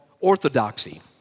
orthodoxy